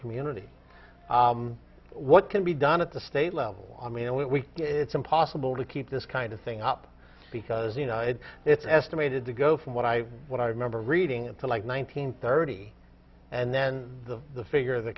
community what can be done at the state level on me and we it's impossible to keep this kind of thing up because you know it's estimated to go from what i what i remember reading like nineteen thirty and then the figure the